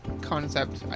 concept